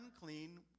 unclean